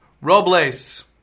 Robles